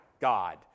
God